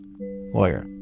Lawyer